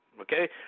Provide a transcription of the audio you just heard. Okay